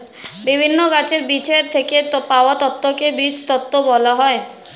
বিভিন্ন গাছের বীজের থেকে পাওয়া তন্তুকে বীজজাত তন্তু বলা হয়